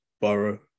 borough